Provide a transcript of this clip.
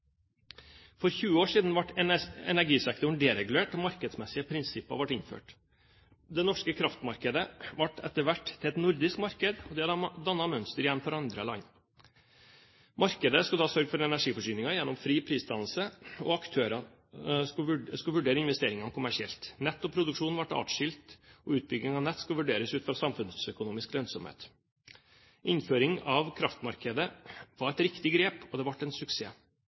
For 20 år siden ble energisektoren deregulert og markedsmessige prinsipper ble innført. Det norske kraftmarkedet ble etter hvert til et nordisk marked, og det har igjen dannet mønster for andre land. Markedet skulle da sørge for energiforsyningen gjennom fri prisdannelse og aktører som vurderer investeringene kommersielt. Nett og produksjon ble atskilt, og utbygging av nett skulle vurderes ut fra samfunnsøkonomisk lønnsomhet. Innføringen av kraftmarkedet var et riktig grep, og det ble en suksess.